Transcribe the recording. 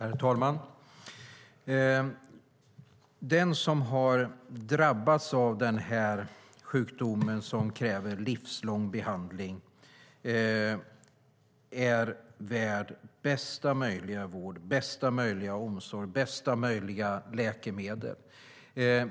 Herr talman! Den som har drabbats av en sjukdom som kräver livslång behandling är värd bästa möjliga vård, bästa möjliga omsorg, bästa möjliga läkemedel.